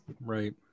Right